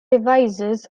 devices